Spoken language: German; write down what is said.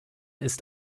ist